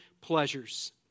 pleasures